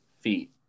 feet